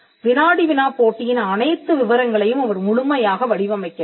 வினாடி வினா போட்டியின் அனைத்து விவரங்களையும் அவர் முழுமையாக வடிவமைக்கிறார்